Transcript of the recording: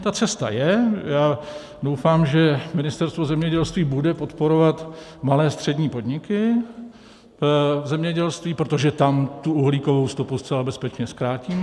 Ta cesta je, já doufám, že Ministerstvo zemědělství bude podporovat malé a střední podniky v zemědělství, protože tam tu uhlíkovou stopu zcela bezpečně zkrátíme.